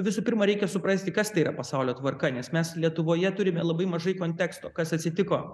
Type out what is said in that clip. visų pirma reikia suprasti kas tai yra pasaulio tvarka nes mes lietuvoje turime labai mažai konteksto kas atsitiko